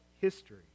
history